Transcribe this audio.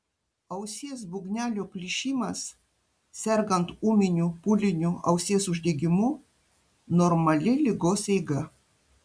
ausies būgnelio plyšimas sergant ūminiu pūliniu ausies uždegimu normali ligos eiga